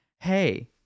Hey